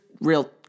real